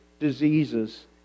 diseases